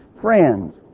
friends